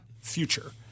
future